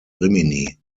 rimini